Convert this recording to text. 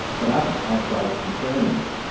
but others have grave concerns.